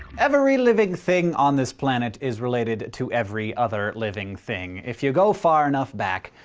every living thing on this planet is related to every other living thing. if you go far enough back,